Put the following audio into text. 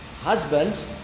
husbands